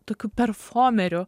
tokių perfomerių